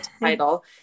title